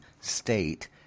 State